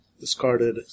discarded